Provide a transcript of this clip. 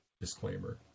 disclaimer